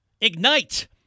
ignite